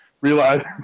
realize